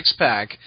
Sixpack